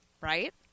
right